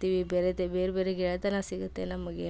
ಸೇರ್ತೀವಿ ಬೇರೆದ ಬೇರೆ ಬೇರೆ ಗೆಳೆತನ ಸಿಗುತ್ತೆ ನಮಗೆ